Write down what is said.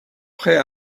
prêt